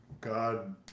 God